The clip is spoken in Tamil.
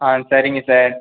ஆ சரிங்க சார்